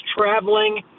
traveling